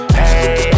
hey